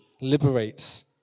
liberates